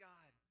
God